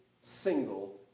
single